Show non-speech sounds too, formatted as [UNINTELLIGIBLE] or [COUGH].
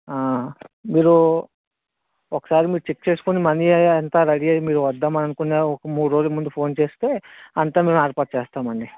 మీరు ఒకసారి మీరు చెక్ చేసుకొని మనీ [UNINTELLIGIBLE] అంతా రెడీ అయ్యి మీరు వద్దామని అనుకున్న ఒక మూడు రోజులు ముందు ఫోన్ చేస్తే అంతా మేము ఏర్పాటు చేస్తామండి